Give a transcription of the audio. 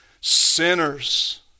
sinners